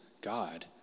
God